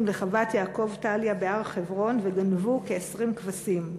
לחוות יעקב טליה בהר-חברון וגנבו כ-20 כבשים.